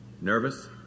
nervous